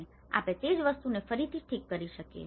આપણે તે જ વસ્તુને ફરીથી ઠીક કરી શકીએ છીએ